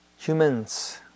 Humans